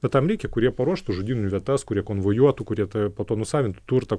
bet tam reikia kurie paruoštų žudynių vietas kurie konvojuotų kurie tave po to nusavintų turtą